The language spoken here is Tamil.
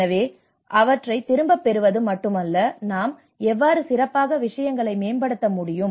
எனவே அவற்றை திரும்பப் பெறுவது மட்டுமல்ல நாம் எவ்வாறு சிறப்பாக விஷயங்களை மேம்படுத்த முடியும்